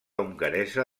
hongaresa